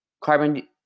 carbon